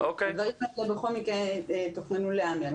כל הדברים האלה בכל מקרה תוכננו להיאמר.